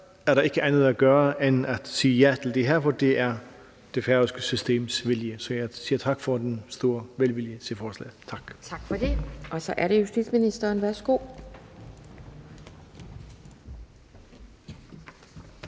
at der ikke er andet at gøre end at sige ja til det her, for det er det færøske systems vilje. Så jeg siger tak for den store velvilje for forslaget. Tak. Kl. 17:06 Anden næstformand (Pia Kjærsgaard):